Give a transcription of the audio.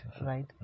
right